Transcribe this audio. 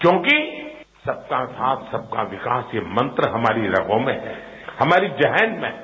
क्योंकि सबका साथ सबका विश्वास ये मंत्र हमारी रगों में हैं हमारे जहन में है